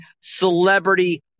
celebrity